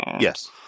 Yes